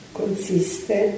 consiste